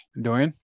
Dorian